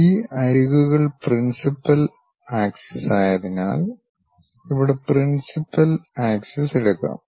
ഈ അരികുകൾ പ്രിൻസിപ്പൽ അക്ഷമായതിനാൽ ഇവിടെ പ്രിൻസിപ്പൽ അക്ഷം എടുക്കാം